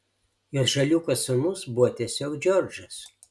jos žaliūkas sūnus buvo tiesiog džordžas